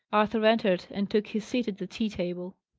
arthur entered and took his seat at the tea-table.